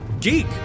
geek